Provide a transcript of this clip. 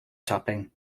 topping